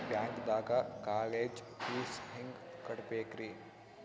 ಬ್ಯಾಂಕ್ದಾಗ college fees ಹೆಂಗ್ ಕಟ್ಟ್ಬೇಕ್ರಿ?